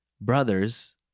brothers